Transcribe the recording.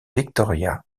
victoria